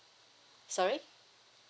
sorry